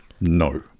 No